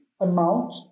amount